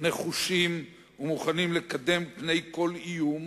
נחושים ומוכנים לקבל פני כל איום,